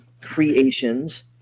creations